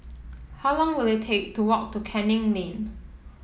how long will it take to walk to Canning Lane